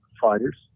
fighters